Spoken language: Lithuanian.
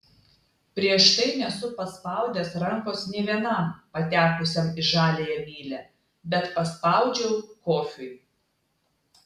prieš tai nesu paspaudęs rankos nė vienam patekusiam į žaliąją mylią bet paspaudžiau kofiui